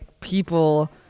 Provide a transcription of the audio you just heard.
people